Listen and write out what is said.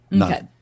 Okay